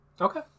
Okay